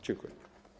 Dziękuję.